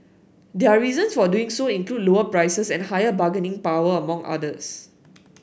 their reasons for doing so include lower prices and higher bargaining power among others